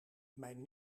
mijn